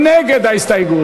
חנא סוייד,